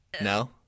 No